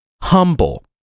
Humble